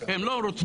הם לא רוצים.